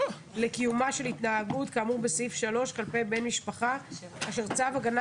לקיומה של התנהגות כאמור בסעיף 3 כלפי בן משפחה אשר צו הגנה